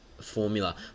formula